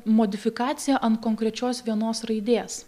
modifikacija ant konkrečios vienos raidės